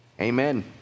Amen